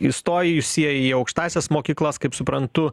įstojusieji į aukštąsias mokyklas kaip suprantu